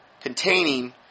containing